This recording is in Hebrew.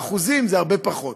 באחוזים זה הרבה פחות.